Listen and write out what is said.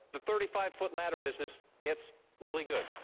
the thirty five foot ladder business gets really good.